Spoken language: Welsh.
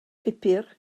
pupur